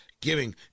giving